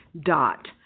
dot